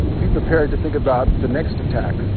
be prepared to think about the next attack.